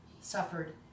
suffered